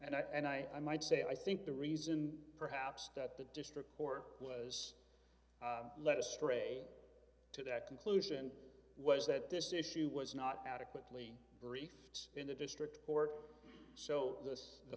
and i and i might say i think the reason perhaps that the district court was led astray to that conclusion was that this issue was not adequately briefed in the district court so this the